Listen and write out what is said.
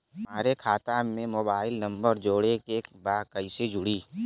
हमारे खाता मे मोबाइल नम्बर जोड़े के बा कैसे जुड़ी?